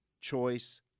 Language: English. Choice